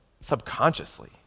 subconsciously